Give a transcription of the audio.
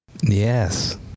Yes